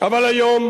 אבל היום,